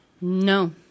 No